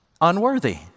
unworthy